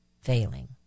failing